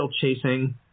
chasing